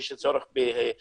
יש צורך במסגרייה,